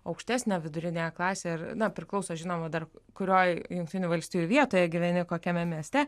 aukštesnę viduriniąją klasę ir na priklauso žinoma dar kurioj jungtinių valstijų vietoje gyveni kokiame mieste